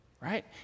right